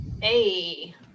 Hey